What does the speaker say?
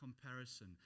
comparison